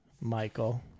Michael